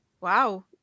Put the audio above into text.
Wow